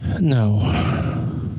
No